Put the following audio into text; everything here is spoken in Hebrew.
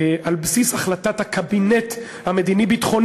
על בסיס החלטת הקבינט המדיני-ביטחוני,